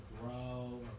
grow